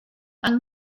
yng